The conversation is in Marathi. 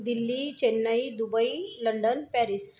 Delhi Chennai Dubai London Paris